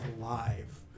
alive